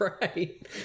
right